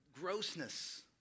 grossness